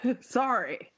sorry